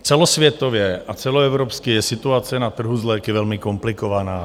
Celosvětově a celoevropsky je situace na trhu s léky velmi komplikovaná.